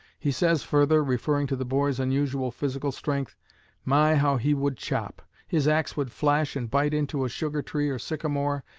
he says further, referring to the boy's unusual physical strength my, how he would chop! his axe would flash and bite into a sugar-tree or sycamore,